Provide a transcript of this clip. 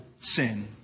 sin